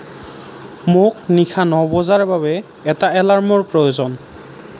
মোক নিশা ন বজাৰ বাবে এটা এলাৰ্মৰ প্ৰয়োজন